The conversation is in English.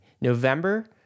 November